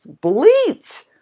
bleach